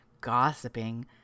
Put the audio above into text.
gossiping